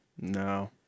No